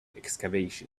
excavation